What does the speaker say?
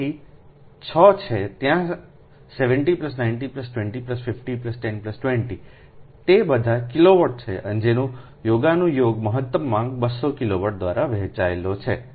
તેથી6છે ત્યાં 70 90 20 50 10 20 તે બધા કેલોવોટ છે જેનો યોગાનુયોગ મહત્તમ માંગ 200 કિલોવોટ દ્વારા વહેંચાયેલો છે